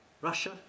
Russia